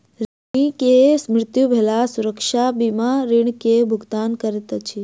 ऋणी के मृत्यु भेला सुरक्षा बीमा ऋण के भुगतान करैत अछि